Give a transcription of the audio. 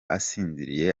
asinziriye